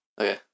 Okay